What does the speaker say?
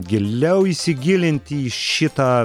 giliau įsigilinti į šitą